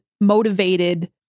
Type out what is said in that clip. motivated